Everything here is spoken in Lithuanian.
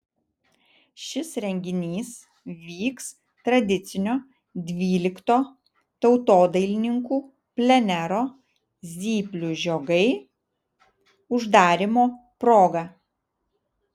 šis renginys vyks tradicinio dvylikto tautodailininkų plenero zyplių žiogai uždarymo proga